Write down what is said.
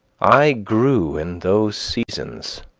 i grew in those seasons